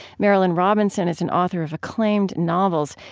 marilynne robinson is an author of acclaimed novels.